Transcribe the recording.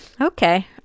Okay